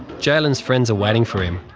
jaylin's friends are waiting for him,